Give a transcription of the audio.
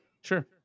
Sure